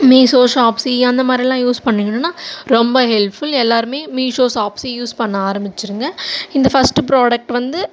Meesho Shopsy அந்தமாதிரில்லாம் use பண்ணிக்கணுன்னால் ரொம்ப ஹெல்ப்ஃபுல் எல்லாேருமே மீஷோ ஷாப்ஸி யூஸ் பண்ண ஆரம்பிச்சுருங்க இந்த ஃபஸ்ட்டு ப்ராடக்ட் வந்து